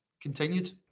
continued